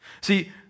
See